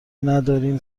نداریم